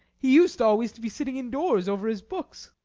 he used always to be sitting indoors over his books.